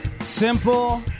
simple